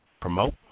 promote